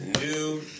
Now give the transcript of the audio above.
New